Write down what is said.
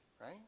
Right